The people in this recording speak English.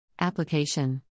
Application